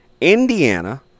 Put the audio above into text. Indiana